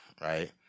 right